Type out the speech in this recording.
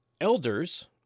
Elders